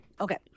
Okay